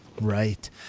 Right